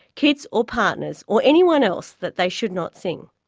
kids or partners or anyone else that they should not sing?